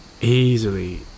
easily